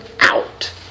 out